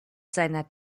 seiner